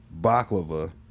baklava